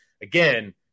again